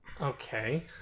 Okay